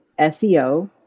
SEO